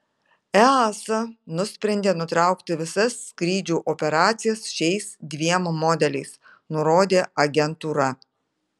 easa nusprendė nutraukti visas skrydžių operacijas šiais dviem modeliais nurodė agentūra